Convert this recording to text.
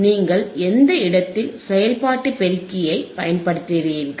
நீங்கள் எந்த இடத்தில் செயல்பாட்டு பெருக்கியைப் பயன்படுத்துகிறீர்கள்